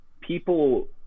people